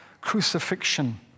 crucifixion